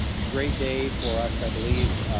it's a great day for us i believe.